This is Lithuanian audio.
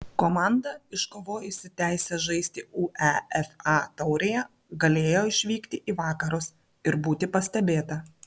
komanda iškovojusi teisę žaisti uefa taurėje galėjo išvykti į vakarus ir būti pastebėta